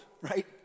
right